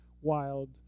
wild